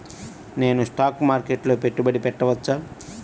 నేను స్టాక్ మార్కెట్లో పెట్టుబడి పెట్టవచ్చా?